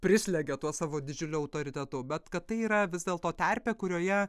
prislegia tuo savo didžiuliu autoritetu bet kad tai yra vis dėlto terpė kurioje